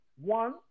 one